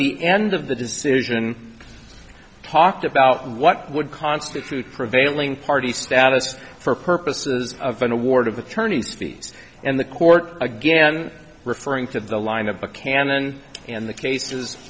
the end of the decision talked about what would constitute prevailing party status for purposes of an award of attorney's fees and the court again referring to the line of the canon in the cases